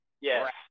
Yes